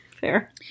Fair